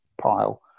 pile